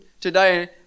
today